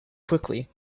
quickly